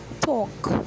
talk